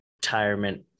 retirement